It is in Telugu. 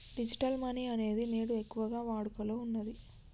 డిజిటల్ మనీ అనేది నేడు ఎక్కువగా వాడుకలో ఉన్నది